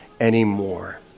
anymore